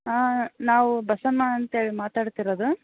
ಹಾಂ ನಾವು ಬಸಮ್ಮ ಅಂತ ಹೇಳಿ ಮಾತಾಡ್ತಿರೋದು